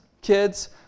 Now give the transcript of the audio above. kids